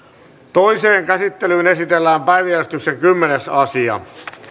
toiseen käsittelyyn esitellään päiväjärjestyksen kymmenes asia